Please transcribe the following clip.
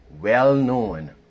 well-known